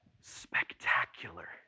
spectacular